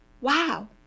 wow